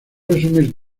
resumir